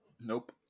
nope